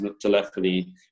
telephony